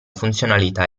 funzionalità